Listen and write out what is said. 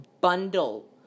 bundle